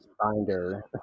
binder